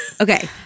Okay